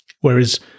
Whereas